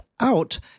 out